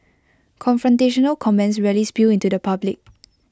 confrontational comments rarely spill into the public